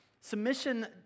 submission